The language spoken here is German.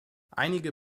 einige